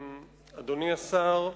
אדוני השר,